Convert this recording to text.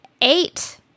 eight